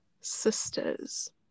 sisters